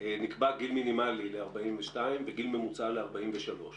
נקבע גיל מינימלי ל-42 וגיל ממוצע ל-43.